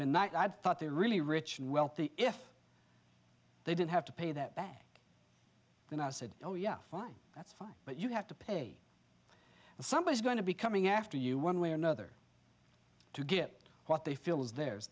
i've thought the really rich and wealthy if they didn't have to pay that back then i said oh yeah fine that's fine but you have to pay somebody is going to be coming after you one way or another to get what they feel is the